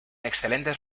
excelentes